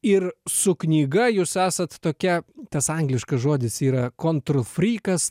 ir su knyga jūs esat tokia tas angliškas žodis yra kontrolfrykas